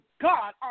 God